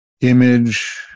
image